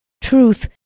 truth